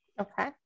okay